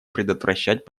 предотвращать